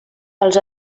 els